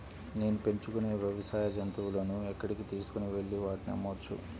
నేను పెంచుకొనే వ్యవసాయ జంతువులను ఎక్కడికి తీసుకొనివెళ్ళి వాటిని అమ్మవచ్చు?